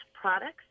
products